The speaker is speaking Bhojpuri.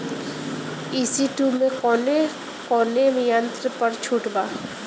ई.सी टू मै कौने कौने यंत्र पर छुट बा?